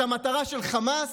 את המטרה של חמאס,